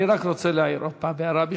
אני רק רוצה להעיר הערה,